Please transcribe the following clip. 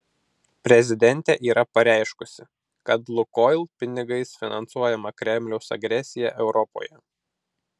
prezidentė yra pareiškusi kad lukoil pinigais finansuojama kremliaus agresija europoje